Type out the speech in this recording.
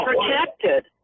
protected